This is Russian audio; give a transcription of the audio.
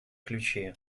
ключе